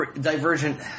Divergent